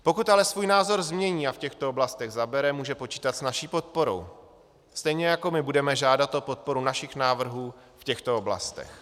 Pokud ale svůj názor změní a v těchto oblastech zabere, může počítat s naší podporou, stejně jako my budeme žádat o podporu našich návrhů v těchto oblastech.